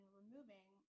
removing